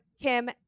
Kim